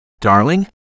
Darling